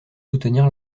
soutenir